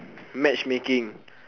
matchmaking